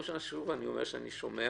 שוב אני אומר, פעם ראשונה שאני שומע